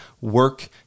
work